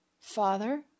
Father